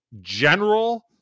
general